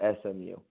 SMU